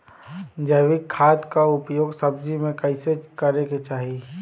जैविक खाद क उपयोग सब्जी में कैसे करे के चाही?